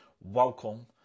Welcome